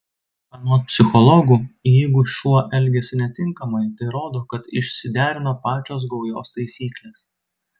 anot psichologų jeigu šuo elgiasi netinkamai tai rodo kad išsiderino pačios gaujos taisyklės